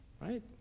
right